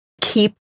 keep